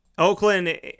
Oakland